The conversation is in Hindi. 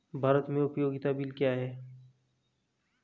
भारत में उपयोगिता बिल क्या हैं?